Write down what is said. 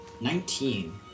Nineteen